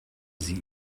sie